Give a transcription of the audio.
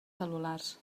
cel·lulars